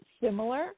similar